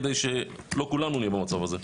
כדי שלא כולנו נהיה במצב הזה.